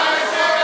למה התיעוב הזה?